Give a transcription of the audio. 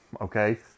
Okay